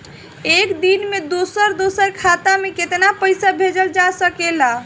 एक दिन में दूसर दूसर खाता में केतना पईसा भेजल जा सेकला?